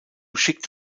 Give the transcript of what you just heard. schickt